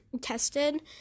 tested